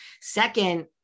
Second